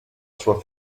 sua